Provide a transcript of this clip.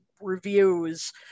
reviews